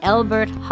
Albert